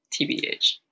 Tbh